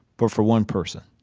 but for one person.